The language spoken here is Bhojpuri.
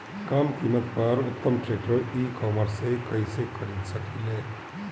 कम कीमत पर उत्तम ट्रैक्टर ई कॉमर्स से कइसे खरीद सकिले?